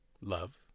love